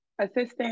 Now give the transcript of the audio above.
assistant